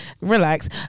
Relax